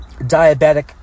diabetic